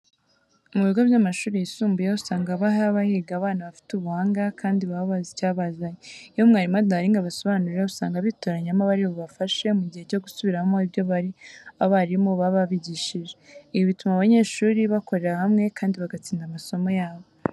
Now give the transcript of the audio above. Mu bigo by'amashuri yisumbuye usanga haba higa abana bifite ubuhanga kandi baba bazi icyabazanye. Iyo umwarimu adahari ngo abasobanurire usanga bitoranyamo abari bubafashe mu gihe cyo gusubiramo ibyo abarimu baba babigishije. Ibi bituma abanyeshuri bakorera hamwe kandi bagatsinda amasomo yabo.